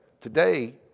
Today